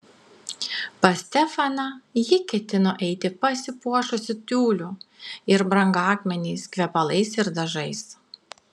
pas stefaną ji ketino eiti pasipuošusi tiuliu ir brangakmeniais kvepalais ir dažais